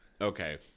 Okay